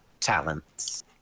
Talents